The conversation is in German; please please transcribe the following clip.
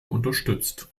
unterstützt